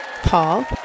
Paul